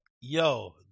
yo